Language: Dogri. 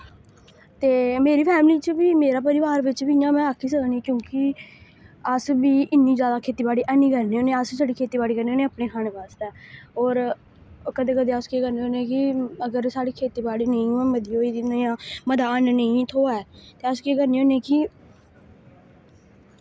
ते मेरी फैमली च वी मेरा परिवार विच वी इ'यां में आक्खी सकनी क्यूंकि अस वी इन्नी जैदा खेती बाड़ी हैनी करने होन्ने अस शड़ी खेती बाड़ी करने होन्ने अपने खाने वास्तै और कदे कदे अस केह् करने होन्ने कि अगर साढ़ी खेती बाड़ी निं होऐ मती होए दी नेआ मदान निं थोऐ ते अस केह् करने होन्ने कि